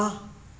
वाह